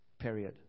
period